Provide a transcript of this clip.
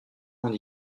monde